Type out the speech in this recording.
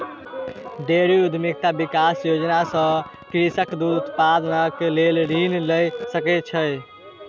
dairy उद्यमिता विकास योजना सॅ कृषक दूध उत्पादनक लेल ऋण लय सकै छै